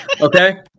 Okay